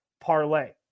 parlay